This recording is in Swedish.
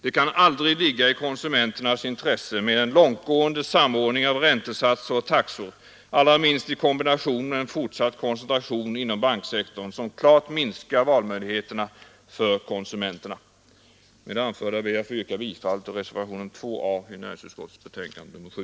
Det kan aldrig ligga i konsumenternas intresse med en långtgående samordning av räntesatser och taxor, allra minst i kombination med en fortsatt koncentration inom banksektorn, som klart minskar valmöjligheterna för konsumenterna. Med det anförda ber jag att få yrka bifall till reservationen 2 a vid näringsutskottets betänkande nr 7.